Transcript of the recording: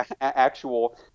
actual